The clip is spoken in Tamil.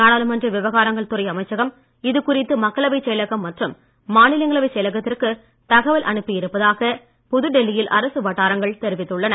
நாடாளுமன்ற விவகாரங்கள் துறை அமைச்சகம் இதுகுறித்து மக்களவைச் செயலகம் மற்றும் மாநிலங்களவைச் செயலகத்திற்கு தகவல் அனுப்பி இருப்பதாக புதுடெல்லியில் அரசு வட்டாரங்கள் தெரிவித்துள்ளன